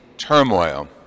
turmoil